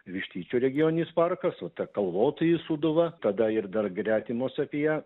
vištyčio regioninis parkas va ta kalvotoji sūduva tada ir dar gretimos apie